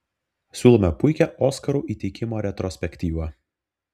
siūlome puikią oskarų įteikimo retrospektyvą